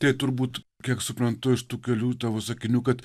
tai turbūt kiek suprantu iš tų kelių tavo sakinių kad